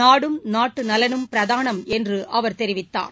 நாடும் நாட்டு நலனும் பிரதானம் என்று அவர் தெரிவித்தார்